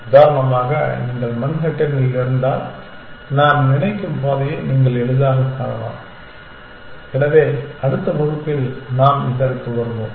உதாரணமாக நீங்கள் மன்ஹாட்டனில் இருந்தால் நான் நினைக்கும் பாதையை நீங்கள் எளிதாகக் காணலாம் எனவே அடுத்த வகுப்பில் நாம் இதற்கு வருவோம்